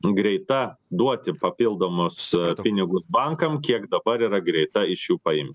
greita duoti papildomus pinigus bankam kiek dabar yra greita iš jų paimti